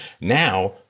Now